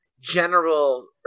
general